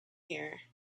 here